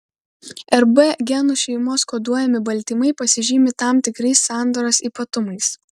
rb genų šeimos koduojami baltymai pasižymi tam tikrais sandaros ypatumais